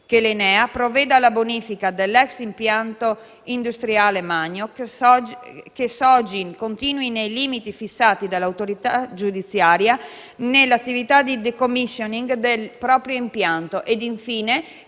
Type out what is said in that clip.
che l'ENEA provveda alla bonifica dell'ex impianto industriale Magnox, che Sogin continui, nei limiti fissati dall'autorità giudiziaria, nell'attività di *decommissioning* del proprio impianto e infine